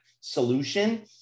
solution